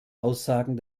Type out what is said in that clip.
aussagen